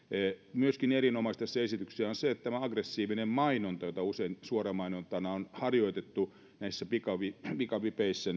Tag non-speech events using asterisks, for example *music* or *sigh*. erinomaista tässä esityksessä on myöskin se että tämä aggressiivinen mainontakin jota usein suoramainontana on harjoitettu näissä pikavipeissä pikavipeissä *unintelligible*